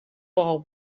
bou